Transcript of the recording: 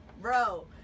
bro